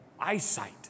eyesight